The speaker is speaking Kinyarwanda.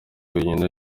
wenyine